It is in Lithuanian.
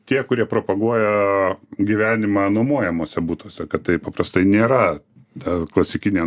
tie kurie propaguoja gyvenimą nuomojamuose butuose kad taip paprastai nėra ta klasikinė